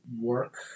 work